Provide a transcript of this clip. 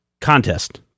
Contest